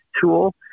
tool